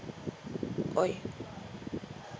!oi!